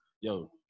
Yo